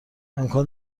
امکان